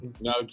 No